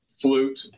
flute